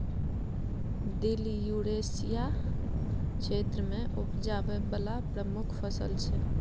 दिल युरेसिया क्षेत्र मे उपजाबै बला प्रमुख फसल छै